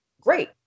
great